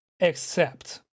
accept